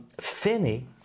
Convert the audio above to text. Finney